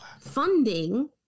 funding